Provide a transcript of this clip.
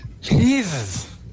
Jesus